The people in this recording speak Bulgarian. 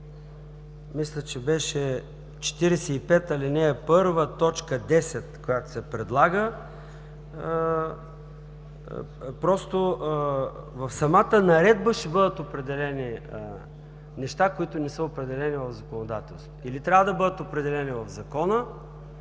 – чл. 45, ал. 1, т. 10, която се предлага, в самата Наредба ще бъдат определени неща, които не са определени в законодателството или трябва да бъдат определени в Закона,